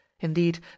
indeed